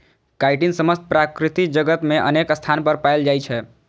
chitin समस्त प्रकृति जगत मे अनेक स्थान पर पाएल जाइ छै